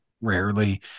Rarely